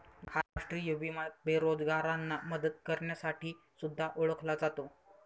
हा राष्ट्रीय विमा बेरोजगारांना मदत करण्यासाठी सुद्धा ओळखला जातो